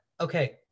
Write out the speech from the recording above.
okay